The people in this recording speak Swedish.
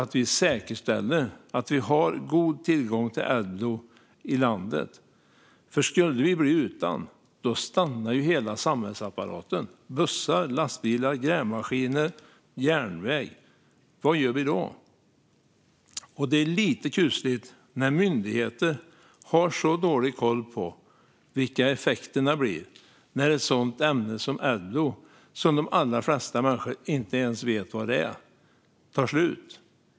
Vi måste säkerställa att vi har god tillgång till Adblue i landet, för om vi skulle bli utan stannar hela samhällsapparaten: bussar, lastbilar, grävmaskiner och järnväg. Vad gör vi då? Det är lite kusligt när myndigheter har så dålig koll på vilka effekterna blir när ett sådant ämne som Adblue - som de allra flesta människor inte ens vet vad det är - tar slut.